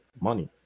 money